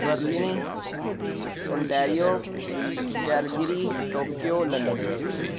Berlin Ontario Calgary Tokyo London